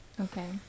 Okay